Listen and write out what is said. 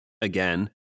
again